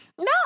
No